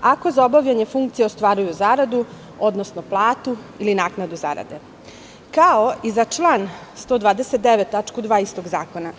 ako za obavljanje funkcije ostvaruju zaradu, odnosno platu, ili naknadu zarade, kao i za član 129. tačku 2. istog zakona.